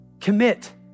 commit